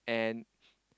and